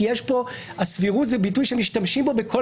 כי הסבירות זה ביטוי שמשתמשים בו בכל